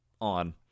on